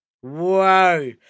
Whoa